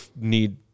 need